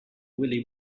willy